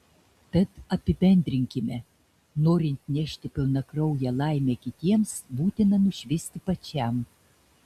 tad apibendrinkime norint nešti pilnakrauję laimę kitiems būtina nušvisti pačiam